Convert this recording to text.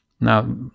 now